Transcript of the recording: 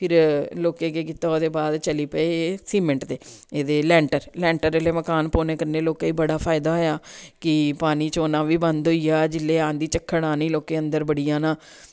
फिर लोकें केह् कीता ओह्दे बाद चली पे सीमैंच दे एह्दे लैंटर लैंटर ओह्ले मकान पौने कन्ने लोकेंई बड़ा फायदा होया की पानी चौना बी बंद होईया जेल्ले आन्धी जक्खड़ आनी लोकें अन्दर बड़ी जाना